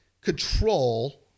control